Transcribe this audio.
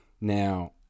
Now